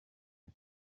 uyu